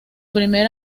primer